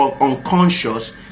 unconscious